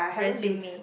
resume